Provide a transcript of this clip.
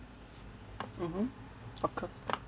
mmhmm of course